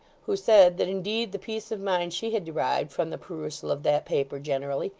who said that indeed the peace of mind she had derived from the perusal of that paper generally,